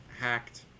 hacked